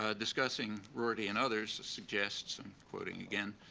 ah discussing rorty and others, suggest, and quoting again,